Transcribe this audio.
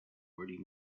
already